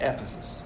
Ephesus